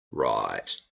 right